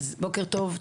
בוקר טוב.